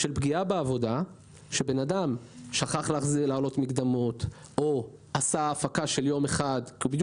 של פגיעה בעבודה אצל מישהו ששכח להעלות מקדמות או שבדיוק סיום